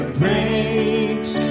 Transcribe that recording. breaks